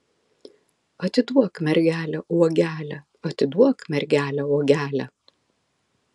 atiduok mergelę uogelę atiduok mergelę uogelę